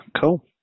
cool